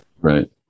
Right